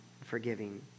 forgiving